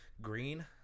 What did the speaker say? green